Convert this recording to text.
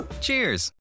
Cheers